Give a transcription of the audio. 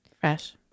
fresh